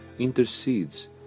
intercedes